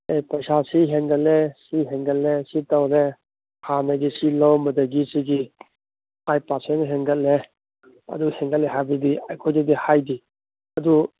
ꯑꯦ ꯄꯩꯁꯥ ꯁꯤ ꯍꯦꯟꯖꯜꯂꯦ ꯁꯤ ꯍꯦꯟꯒꯠꯂꯦ ꯁꯤ ꯇꯧꯔꯦ ꯍꯥꯟꯅꯒꯤ ꯁꯤ ꯂꯧꯔꯝꯕꯗꯒꯤ ꯁꯤꯒꯤ ꯐꯥꯏꯚ ꯄꯥꯔꯁꯦꯟ ꯍꯦꯟꯒꯠꯂꯦ ꯑꯗꯨ ꯍꯦꯟꯒꯠꯂꯦ ꯍꯥꯏꯕꯗꯤ ꯑꯩꯈꯣꯏꯗꯗꯤ ꯍꯥꯏꯗꯦ ꯑꯗꯨ